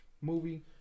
movie